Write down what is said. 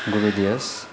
गुरु दिवस